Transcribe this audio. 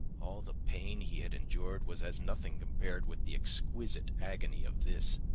all the pain he had endured was as nothing compared with the exquisite agony of this.